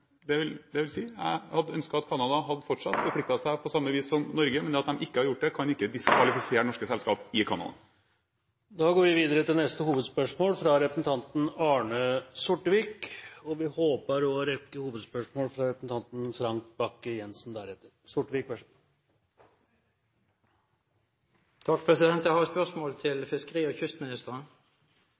Det vil si at jeg hadde ønsket at Canada fortsatt hadde forpliktet seg på samme vis som Norge, men det at de ikke har gjort, kan ikke diskvalifisere norske selskap i Canada. Vi går til neste hovedspørsmål. Jeg har et spørsmål til fiskeri- og kystministeren.